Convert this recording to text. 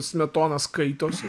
smetona skaitosi